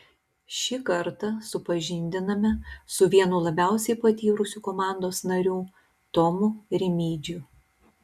šį kartą supažindiname su vienu labiausiai patyrusių komandos narių tomu rimydžiu